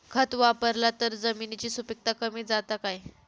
खत वापरला तर जमिनीची सुपीकता कमी जाता काय?